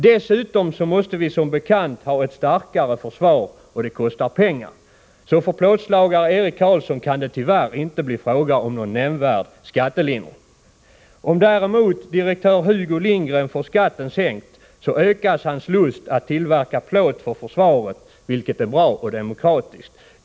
Dessutom måste vi som bekant ha ett starkare försvar, och det kostar pengar, så för plåtslagare Erik Karlsson kan det tyvärr inte bli fråga om någon nämnvärd skattelindring. Om däremot direktör Hugo Lindgren får skatten sänkt, så ökas hans lust att tillverka plåt för försvaret, vilket är bra och demokratiskt.